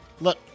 Look